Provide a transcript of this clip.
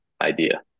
idea